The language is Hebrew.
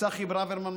לצחי ברוורמן,